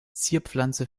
zierpflanzen